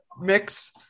mix